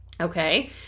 Okay